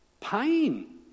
Pain